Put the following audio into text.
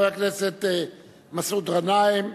חבר הכנסת מסעוד גנאים.